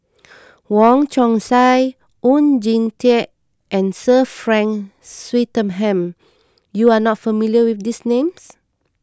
Wong Chong Sai Oon Jin Teik and Sir Frank Swettenham you are not familiar with these names